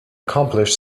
accomplish